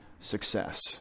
success